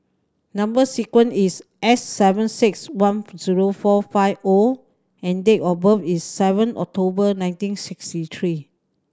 number sequence is S seven six one zero four five O and date of birth is seven October nineteen sixty three